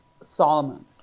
Solomon